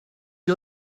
you